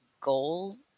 goal